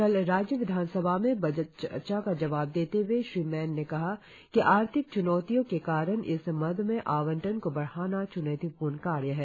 कल राज्य विधानसभा में बजट चर्चा का जवाब देते हए श्री मैन ने कहा कि आर्थिक च्नौतियों के कारण इस मद में आवंटन को बढ़ाना च्नौतिपूर्ण कार्य है